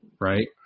right